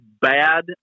bad